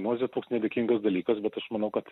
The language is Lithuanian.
mozė toks nedėkingas dalykas bet aš manau kad